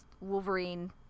Wolverine